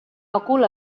òcul